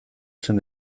zen